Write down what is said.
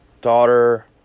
daughter